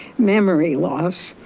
memory loss,